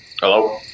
Hello